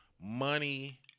money